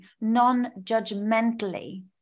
non-judgmentally